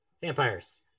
Vampires